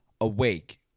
Awake